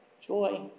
Joy